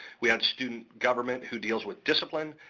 we had student government, who deals with discipline,